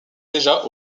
déjà